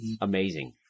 amazing